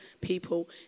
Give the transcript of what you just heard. people